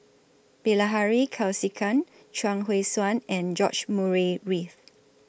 Bilahari Kausikan Chuang Hui Tsuan and George Murray Reith